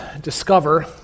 discover